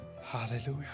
Hallelujah